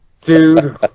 Dude